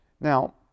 Now